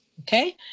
okay